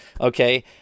okay